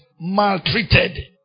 maltreated